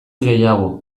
gehiago